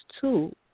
two